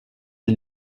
die